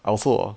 I also